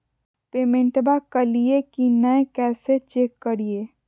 पेमेंटबा कलिए की नय, कैसे चेक करिए?